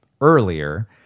earlier